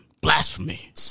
Blasphemy